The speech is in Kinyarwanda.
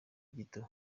gito